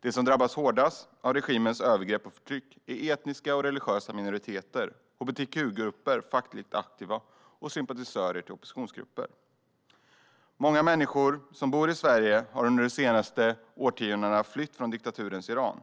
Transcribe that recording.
De som drabbas hårdast av regimens övergrepp och förtryck är etniska och religiösa minoriteter, hbtq-grupper, fackligt aktiva och sympatisörer till oppositionsgrupper. Många människor som bor i Sverige har under de senaste årtiondena flytt från diktaturens Iran.